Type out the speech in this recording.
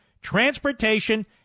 transportation